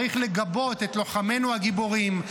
צריך לגבות את לוחמינו הגיבורים,